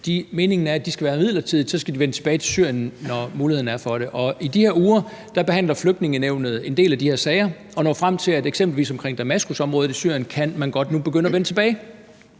Meningen er, at de skal være her midlertidigt, og så skal de vende tilbage til Syrien, når der er mulighed for det. I de her uger behandler Flygtningenævnet en del af de her sager og når frem til, at man ny godt kan begynde at vende tilbage